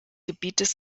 gebietes